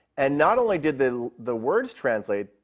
and not only did the the words translate,